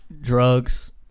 Drugs